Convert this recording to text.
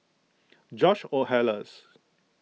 George Oehlers